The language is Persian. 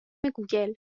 گوگل